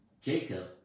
Jacob